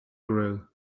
grill